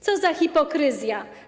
Co za hipokryzja.